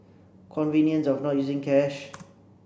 convenience of not using cash